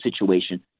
situation